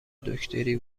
دکتری